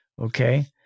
Okay